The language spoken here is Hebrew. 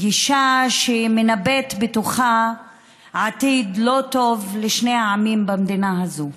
גישה שמנבאת בתוכה עתיד לא טוב לשני עמים במדינה הזאת.